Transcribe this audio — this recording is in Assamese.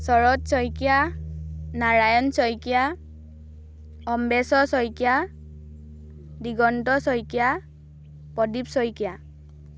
শৰৎ শইকীয়া নাৰায়ণ শইকীয়া অম্বেশ্বৰ শইকীয়া দিগন্ত শইকীয়া প্ৰদীপ শইকীয়া